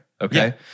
Okay